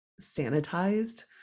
sanitized